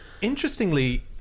interestingly